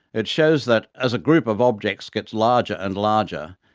it shows that, as a group of objects gets larger and larger,